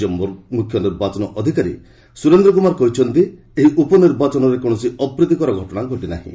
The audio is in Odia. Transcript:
ରାଜ୍ୟ ମୁଖ୍ୟ ନିର୍ବାଚନ ଅଧିକାରୀ ସୁରେନ୍ଦ୍ର କୁମାର କହିଛନ୍ତି ଏହି ଉପନିର୍ବାଚନରେ କୌଣସି ଅପ୍ରୀତିକର ଘଟଣା ଘଟିନାହିଁ